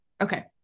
okay